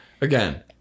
again